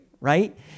right